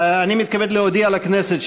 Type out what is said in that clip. אני מתכבד להודיע לכנסת,